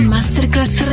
Masterclass